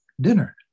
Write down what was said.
dinner